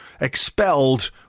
expelled